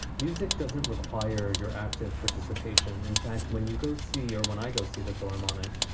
music doesn't require your active participation. in fact, when you go see or when i go see the philharmonic,